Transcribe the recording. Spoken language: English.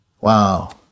Wow